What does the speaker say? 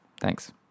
Thanks